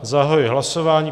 Zahajuji hlasování.